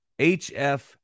HF